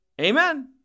amen